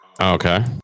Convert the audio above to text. Okay